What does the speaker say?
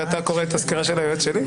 אתה קורא את הסקירה של היועץ שלי?